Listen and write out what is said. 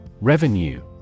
Revenue